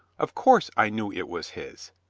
of course i knew it was his.